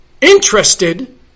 Interested